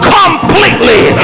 completely